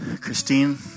Christine